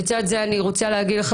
לצד זה אני רוצה להגיד לך